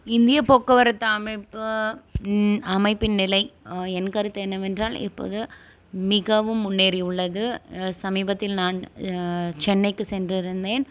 இந்தியப் போக்குவரத்து அமைப்பு அமைப்பின் நிலை என் கருத்து என்னவென்றால் இப்போது மிகவும் முன்னேறியுள்ளது சமீபத்தில் நான் சென்னைக்கு சென்றிருந்தேன்